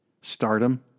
stardom